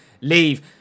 Leave